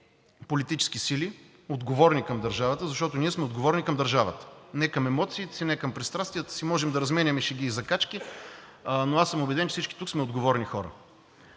политически сили – отговорни към държавата, защото ние сме отговорни към държавата, не към емоциите си, не към пристрастията си, можем да разменяме шеги и закачки, но аз съм убеден, че всички тук сме отговорни хора.